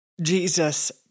Jesus